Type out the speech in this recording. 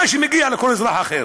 מה שמגיע לכל אזרח אחר.